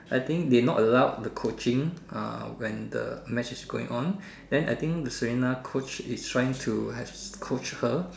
I think they not allowed the coaching uh when the match is going on then I think the Serena Coach is trying to Coach her